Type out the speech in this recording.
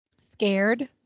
scared